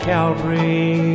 Calvary